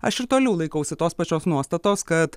aš ir toliau laikausi tos pačios nuostatos kad